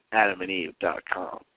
adamandeve.com